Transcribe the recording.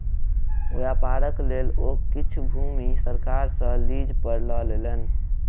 व्यापारक लेल ओ किछ भूमि सरकार सॅ लीज पर लय लेलैन